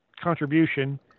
contribution